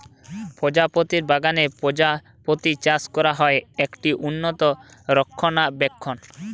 প্রজাপতি বাগানে প্রজাপতি চাষ করা হয়, এটি উন্নত রক্ষণাবেক্ষণ